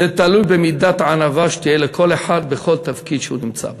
זה תלוי במידת הענווה שתהיה לכל אחד בכל תפקיד שהוא נמצא בו.